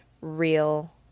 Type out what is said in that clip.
real